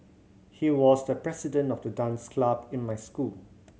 he was the president of the dance club in my school